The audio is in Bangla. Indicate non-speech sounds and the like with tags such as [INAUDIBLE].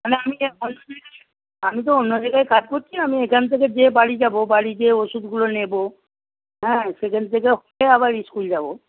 মানে আমি [UNINTELLIGIBLE] আমি তো অন্য জায়গায় কাজ করছি আমি এখান থেকে যেয়ে বাড়ি যাব বাড়ি যেয়ে ওষুধগুলো নেব হ্যাঁ সেখান থেকে হয়ে আবার ইস্কুল যাব